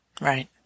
Right